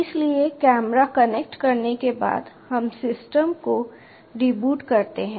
इसलिए camera connect होने के बाद हम सिस्टम को रिबूट करते हैं